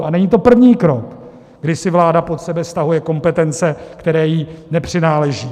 A není to první krok, kdy si vláda pod sebe stahuje kompetence, které jí nepřináleží.